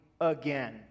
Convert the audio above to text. again